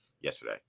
yesterday